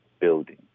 building